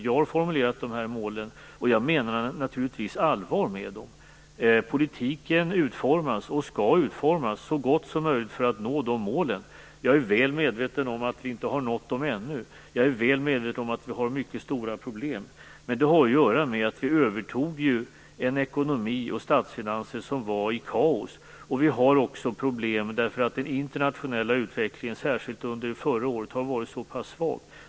Jag har formulerat de här målen. Jag menar naturligtvis allvar med dem. Politiken utformas, och skall utformas, så bra som möjligt för att nå de målen. Jag är väl medveten om att vi inte har nått dem ännu. Jag är väl medveten om att vi har mycket stora problem. Men det har att göra med att vi övertog en ekonomi och statsfinanser som var i kaos. Vi har också problem därför att den internationella utvecklingen, särskilt under förra året, har varit så pass svag.